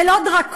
זה לא דרקוני?